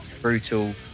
brutal